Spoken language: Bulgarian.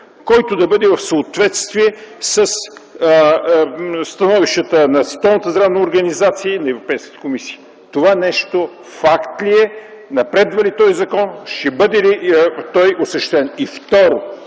който да бъде в съответствие със становището на Световната здравна организация и Европейската комисия”. Това нещо факт ли е, напредва ли този законопроект и ще бъде ли осъществен? Второ,